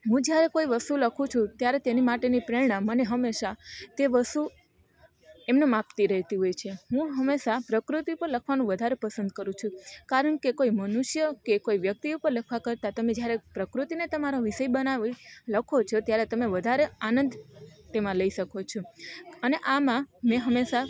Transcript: હું જ્યારે કોઈ વસ્તુ લખું છું ત્યારે તેની માટેની પ્રેરણા મને હંમેશાં તે વસુ એમનેમ આપતી રહેતી હોય છે હું હંમેશાં પ્રકૃતિ પર લખવાનું વધારે પસંદ કરું છું કારણ કે કોઈ મનુષ્ય કે કોઈ વ્યક્તિ ઉપર લખવા કરતાં તમે જ્યારે પ્રકૃતિને તમારો વિષય બનાવી લખો છો ત્યારે તમે વધારે આનંદ તેમાં લઈ શકો છો અને આમાં મેં હંમેશાં